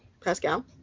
Pascal